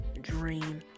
Dream